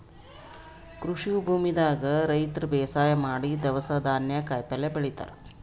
ಕೃಷಿ ಭೂಮಿದಾಗ್ ರೈತರ್ ಬೇಸಾಯ್ ಮಾಡಿ ದವ್ಸ್ ಧಾನ್ಯ ಕಾಯಿಪಲ್ಯ ಬೆಳಿತಾರ್